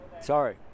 sorry